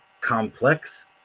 complex